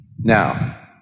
Now